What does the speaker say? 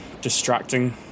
distracting